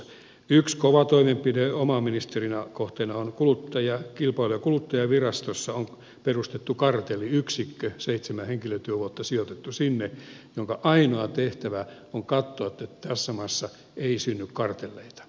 yksi kova toimenpide oman ministeriöni kohteena on että kilpailu ja kuluttajavirastossa on perustettu kartelliyksikkö seitsemän henkilötyövuotta sijoitettu sinne ja sen ainoa tehtävä on katsoa että tässä maassa ei synny kartelleita